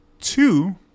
Two